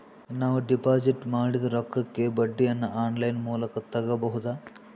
ನಾವು ಡಿಪಾಜಿಟ್ ಮಾಡಿದ ರೊಕ್ಕಕ್ಕೆ ಬಡ್ಡಿಯನ್ನ ಆನ್ ಲೈನ್ ಮೂಲಕ ತಗಬಹುದಾ?